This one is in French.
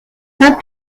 saint